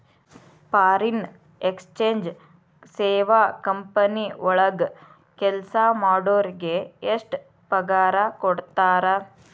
Foreign exchange ಸೇವಾ company ವಳಗ್ ಕೆಲ್ಸಾ ಮಾಡೊರಿಗೆ ಎಷ್ಟ್ ಪಗಾರಾ ಕೊಡ್ತಾರ?